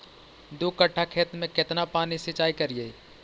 दू कट्ठा खेत में केतना पानी सीचाई करिए?